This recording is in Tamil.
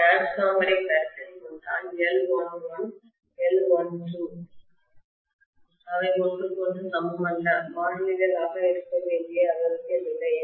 டிரான்ஸ்பார்மர் ஐ கருத்தில் கொண்டால் L11 L12 அவை ஒன்றுக்கொன்று சமம் அல்லது மாறிலிகள் ஆக இருக்க வேண்டிய அவசியமில்லை